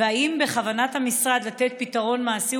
2. האם בכוונת המשרד לתת פתרון מעשי